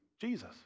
Jesus